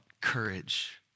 courage